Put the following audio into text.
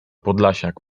podlasiak